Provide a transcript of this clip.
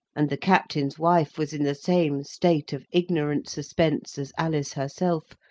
and the captain's wife was in the same state of ignorant suspense as alice herself,